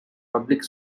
public